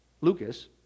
Lucas